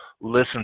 listen